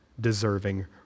deserving